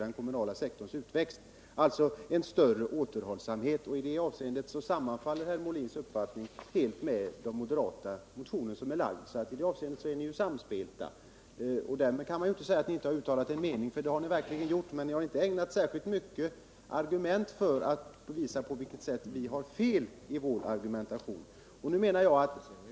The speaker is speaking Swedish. Herr Molin har egentligen redan sagt att han anser att man skall göra det senare, och på den punkten sammanfaller herr Molins uppfattning helt med uppfattningen i motionen från moderat håll, så i det avseendet är ni ju jämspelta! Man kan alltså inte säga att ni inte har uttalat er mening, för det har ni verkligen gjort, men ni har inte ägnat särskilt många argument åt att visa på vilket sätt vi har fel i vår argumentation.